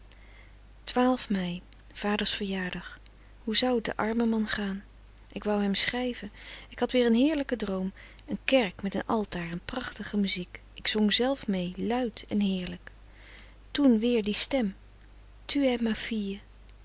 mei vaders verjaardag hoe zou t den armen man gaan ik wou hem schrijven ik had weer een heerlijken droom een kerk met een altaar en prachtige muziek ik zong zelf mee luid en heerlijk toen weer die stem